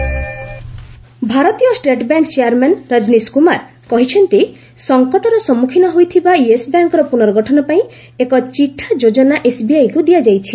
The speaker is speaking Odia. ଏସ୍ବିଆଇ ଚେୟାର୍ମ୍ୟାନ୍ ଭାରତୀୟ state bank chairman Rajnish Kumar କହିଛନ୍ତି ସଙ୍କଟର ସମ୍ମୁଖୀନ ହୋଇଥିବା ୟେସ୍ ବ୍ୟାଙ୍କ୍ର ପୁନର୍ଗଠନପାଇଁ ଏକ ଚିଠା ଯୋଜନା ଏସ୍ବିଆଇକୁ ଦିଆଯାଇଛି